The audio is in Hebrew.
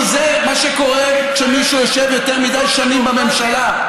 כי זה מה שקורה כשמישהו יושב יותר מדי שנים בממשלה.